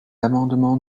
amendement